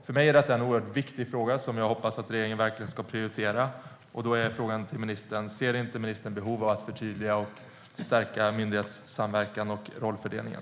För mig är detta en oerhört viktig fråga, som jag hoppas att regeringen verkligen ska prioritera. Frågan till ministern är: Ser inte ministern behov av att förtydliga och stärka myndighetssamverkan och rollfördelningen?